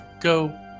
go